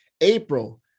April